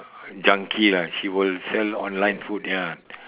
junkie lah she will sell online food ya